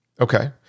Okay